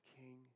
King